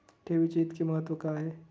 ठेवीचे इतके महत्व का आहे?